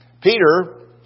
Peter